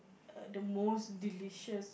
err the most delicious